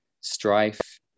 strife